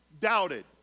doubted